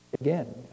again